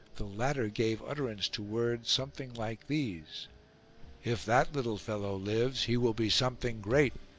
the latter gave utterance to words something like these if that little fellow lives he will be something great.